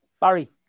Barry